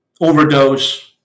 overdose